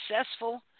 successful